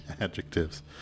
adjectives